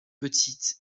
petite